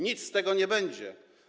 Nic z tego nie będzie.